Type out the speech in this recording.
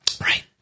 Right